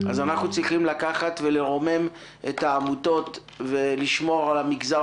אנחנו צריכים לרומם את העמותות ולשמור על המגזר